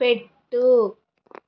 పెట్టు